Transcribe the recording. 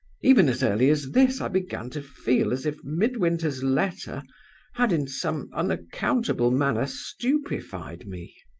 even as early as this, i began to feel as if midwinter's letter had, in some unaccountable manner, stupefied me.